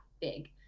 big